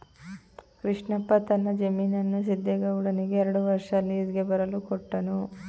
ಕೃಷ್ಣಪ್ಪ ತನ್ನ ಜಮೀನನ್ನು ಸಿದ್ದೇಗೌಡನಿಗೆ ಎರಡು ವರ್ಷ ಲೀಸ್ಗೆ ಬರಲು ಕೊಟ್ಟನು